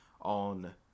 on